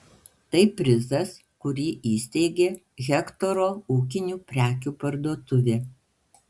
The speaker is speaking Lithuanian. tai prizas kurį įsteigė hektoro ūkinių prekių parduotuvė